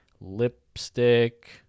lipstick